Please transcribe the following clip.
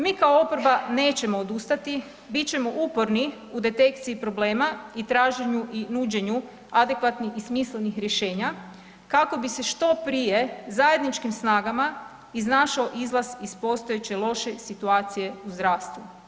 Mi kao oporba nećemo odustati, bit ćemo uporno u detekciji problema i traženju i nuđenju adekvatnih i smislenih rješenja kako bi se što prije zajedničkim snagama iznašao izlaz iz postojeće loše situacije u zdravstvu.